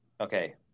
Okay